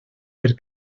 per